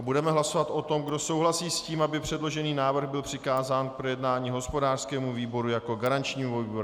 Budeme hlasovat o tom, kdo souhlasí s tím, aby předložený návrh byl přikázán k projednání hospodářskému výboru jako garančnímu výboru.